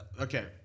okay